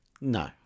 No